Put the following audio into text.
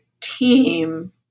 team